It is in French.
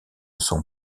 son